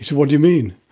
what do you mean?